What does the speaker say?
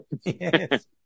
Yes